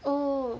oh